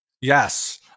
Yes